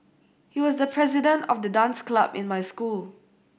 he was the president of the dance club in my school